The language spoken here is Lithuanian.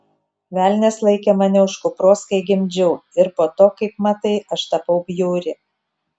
velnias laikė mane už kupros kai gimdžiau ir po to kaip matai aš tapau bjauri